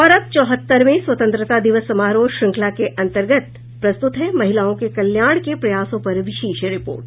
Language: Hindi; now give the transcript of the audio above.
और अब चौहत्तरवें स्वतंत्रता दिवस समारोह श्रृंखला के अन्तर्गत प्रस्तुत है महिलाओं के कल्याण के प्रयासों पर विशेष रिपोर्ट